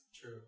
True